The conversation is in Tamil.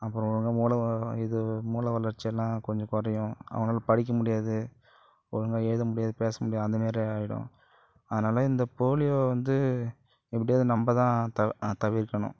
அப்புறம் ஒழுங்காக மூளை இது மூளை வளர்ச்சியெல்லாம் கொஞ்சம் குறையும் அவனால் படிக்க முடியாது ஒழுங்காக எழுத முடியாது பேச முடியாது அந்த மாரி ஆயிடும் அதனாலே இந்த போலியோ வந்து எப்படியாவது நம்ப தான் த தவிர்க்கணும்